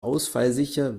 ausfallsicher